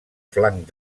flanc